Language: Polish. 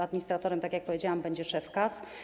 Administratorem, tak jak powiedziałam, będzie szef KAS.